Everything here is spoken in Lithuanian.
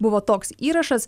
buvo toks įrašas